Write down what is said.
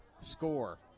score